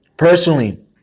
Personally